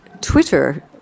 Twitter